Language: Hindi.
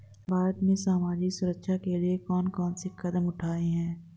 भारत में सामाजिक सुरक्षा के लिए कौन कौन से कदम उठाये हैं?